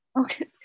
Okay